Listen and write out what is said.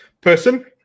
person